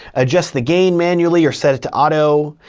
adjust the gain manually, or set it to auto,